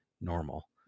normal